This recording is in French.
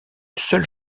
seule